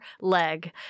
leg